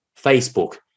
Facebook